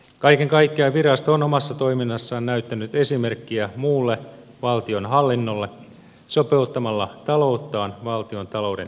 kaiken kaikkiaan virasto on omassa toiminnassaan näyttänyt esimerkkiä muulle valtionhallinnolle sopeuttamalla talouttaan valtionta louden niukkuuteen